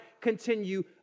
continue